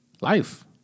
life